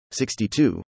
62